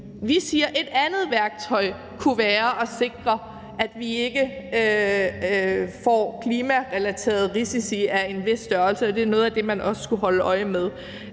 Vi siger, at et andet værktøj kunne være at sikre, at vi ikke får klimarelaterede risici af en vis størrelse, og at det er noget af det, man også skal holde øje med.